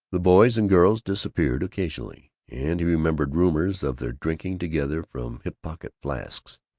the boys and girls disappeared occasionally, and he remembered rumors of their drinking together from hip-pocket flasks.